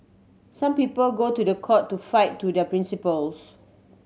some people go to the court to fight to their principles